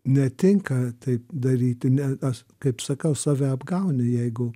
netinka taip daryti ne aš kaip sakau save apgauni jeigu